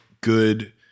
good